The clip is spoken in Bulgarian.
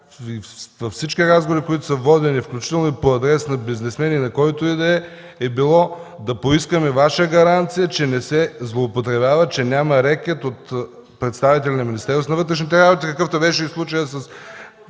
Всички разговори, които са водени, включително по адрес на бизнесмени, на когото и да е, са били да поискаме Ваша гаранция, че не се злоупотребява, че няма рекет от представители на Министерството на вътрешните работи, ...